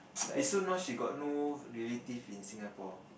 eh so now she got no relative in Singapore